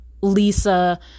Lisa